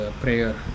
prayer